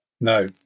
No